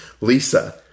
Lisa